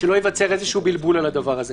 שלא ייווצר איזשהו בלבול על הדבר הזה: